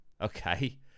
Okay